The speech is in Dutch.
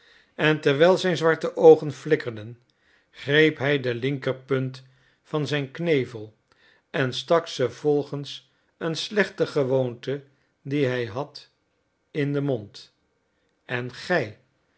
en terwijl zijn zwarte oogen flikkerden greep hij de linker punt van zijn knevel en stak ze volgens een slechte gewoonte die hij had in den mond en gij